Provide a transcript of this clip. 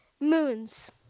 moons